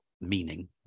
meaning